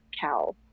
cow